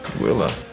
Willa